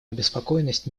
обеспокоенность